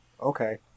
okay